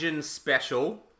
special